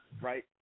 right